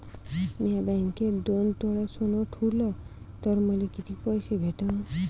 म्या बँकेत दोन तोळे सोनं ठुलं तर मले किती पैसे भेटन